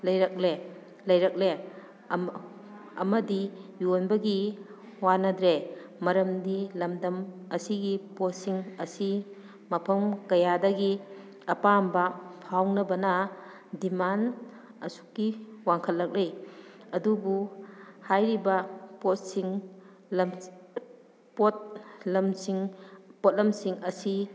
ꯂꯩꯔꯛꯂꯦ ꯂꯩꯔꯛꯂꯦ ꯑꯃꯗꯤ ꯌꯣꯟꯕꯒꯤ ꯋꯥꯅꯗ꯭ꯔꯦ ꯃꯔꯝꯗꯤ ꯂꯝꯗꯝ ꯑꯁꯤꯒꯤ ꯄꯣꯠꯁꯤꯡ ꯑꯁꯤ ꯃꯐꯝ ꯀꯌꯥꯗꯒꯤ ꯑꯄꯥꯝꯕ ꯐꯥꯎꯅꯕꯅ ꯗꯤꯃꯥꯟ ꯑꯁꯨꯛꯀꯤ ꯋꯥꯡꯈꯠꯂꯛꯂꯤ ꯑꯗꯨꯕꯨ ꯍꯥꯏꯔꯤꯕ ꯄꯣꯠꯁꯤꯡ ꯄꯣꯠ ꯂꯝꯁꯤꯡ ꯄꯣꯠꯂꯝꯁꯤꯡ ꯑꯁꯤ